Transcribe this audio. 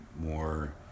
more